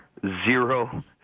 zero